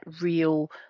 real